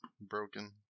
broken